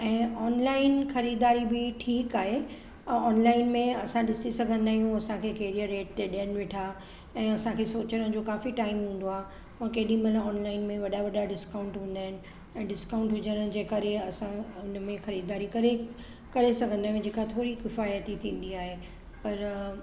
ऐं ऑनलाइन ख़रीदारी बि ठीकु आहे ऑनलाइन में असां ॾिसी सघंदा आहियूं असांखे केड़ीअ रेट ते ॾियनि वेठा ऐं असांखे सोचण जो काफ़ी टाइम हूंदो आहे मां केॾी महिल ऑनलाइन में वॾा वॾा डिस्काउंट हूंदा आहिनि ऐं डिस्काउंट हुजण जे करे असां हुनमें ख़रीदारी करे करे सघंदा आहियूं जेका थोरी किफ़ाइती थींदी आहे पर